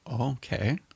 Okay